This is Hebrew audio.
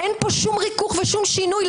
אין פה שום ריכוך ושום שינוי,